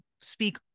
speak